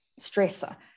stressor